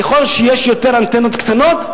ככל שיש יותר אנטנות קטנות,